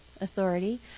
Authority